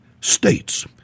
states